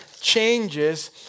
changes